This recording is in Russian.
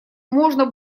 можно